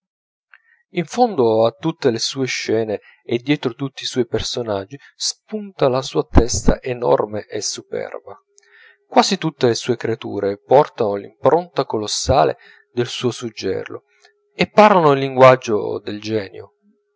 in fondo a tutte le sue scene e dietro tutti i suoi personaggi spunta la sua testa enorme e superba quasi tutte le sue creature portano l'impronta colossale del suo suggello e parlano il linguaggio del genio